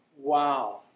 Wow